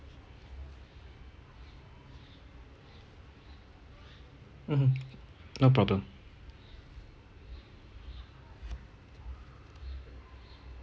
mmhmm no problem